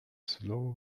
slow